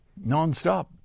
nonstop